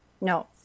No